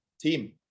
team